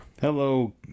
Hello